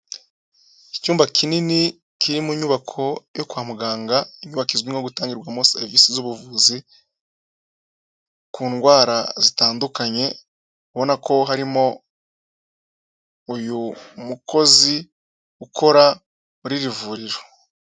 Icyumba kinini kiri mu nyubako yo kwa muganga, inyubako izwi nko gutangirwamo serivisi z'ubuvuzi ku ndwara zitandukanye, ubona ko harimo uyu mukozi ukora muri iri vuriro.